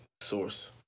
source